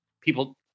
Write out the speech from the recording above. people